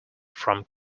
from